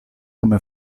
come